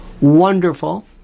wonderful